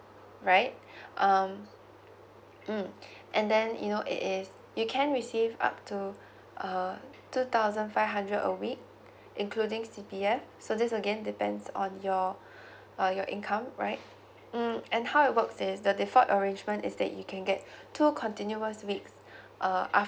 right um mm and then you know it is you can receive up to uh two thousand five hundred a week including C_P_F so this again depends on your uh your income right mm and how it works is the default arrangement is that you can get two continuous weeks uh after